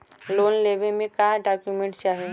Loan लेवे मे का डॉक्यूमेंट चाही?